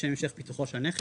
לשם המשך פיתוחו של הכנס,